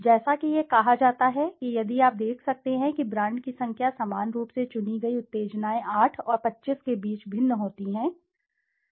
जैसा कि यह कहा जाता है कि यदि आप देख सकते हैं कि ब्रांड की संख्या सामान्य रूप से चुनी गई उत्तेजनाएं 8 और 25 के बीच भिन्न होती हैं